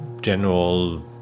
general